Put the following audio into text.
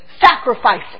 sacrificing